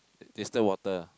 distilled water ah